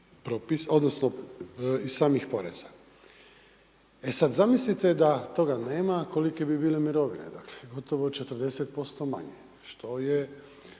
odnosno iz samih poreza. E sada zamislite da toga nema kolike bi bile mirovine, dakle gotovo 40% manje je,